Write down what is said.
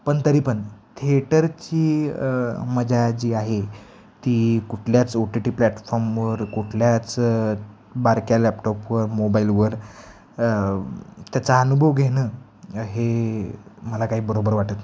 पण तरी पण थेटरची मजा जी आहे ती कुठल्याच ओ टी टी प्लॅटफॉर्मवर कुठल्याच बारक्या लॅपटॉपवर मोबाईलवर त्याचा अनुभव घेणं हे मला काही बरोबर वाटत